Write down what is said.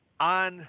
on